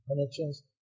connections